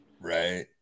Right